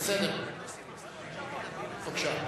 בבקשה.